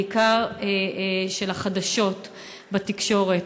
בעיקר של החדשות בתקשורת.